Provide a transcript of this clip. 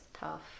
Tough